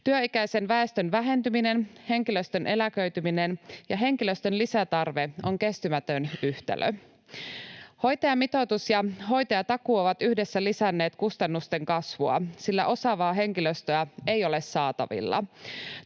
Työikäisen väestön vähentyminen, henkilöstön eläköityminen ja henkilöstön lisätarve on kestämätön yhtälö. Hoitajamitoitus ja hoitotakuu ovat yhdessä lisänneet kustannusten kasvua, sillä osaavaa henkilöstöä ei ole saatavilla.